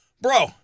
Bro